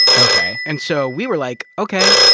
okay. and so, we were like, ok,